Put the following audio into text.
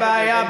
אין בעיה.